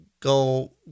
go